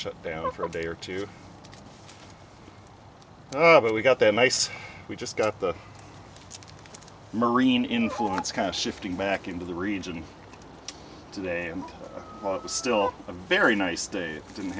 shutdown for a day or two but we got there nice we just got the marine influence kind of shifting back into the region today and it was still a very nice day it didn't